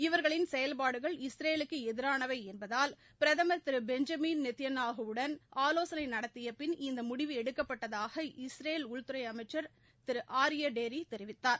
இவர்களின் செயல்பாடுகள் இஸ்ரேலுக்கு எதிரானவை என்பதால் பிரதமர் திரு பெஞ்சமின் நேத்தன்யாகுடன் ஆலோசனை நடத்திய பின் இந்த முடிவு எடுக்கப்பட்டதாக இஸ்ரேல் உள்துறை அமைச்சர் திரு ஆர்யே டேரி தெரிவித்தார்